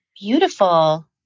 Beautiful